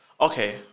Okay